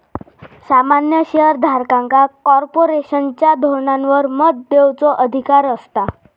सामान्य शेयर धारकांका कॉर्पोरेशनच्या धोरणांवर मत देवचो अधिकार असता